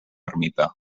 ermita